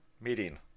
meeting